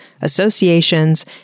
associations